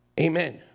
Amen